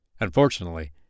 Unfortunately